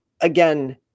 again